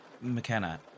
McKenna